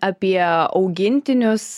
apie augintinius